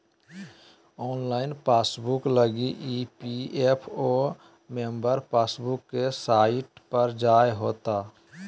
online passbook लगी EPFO member passbook के site पर जाय होतो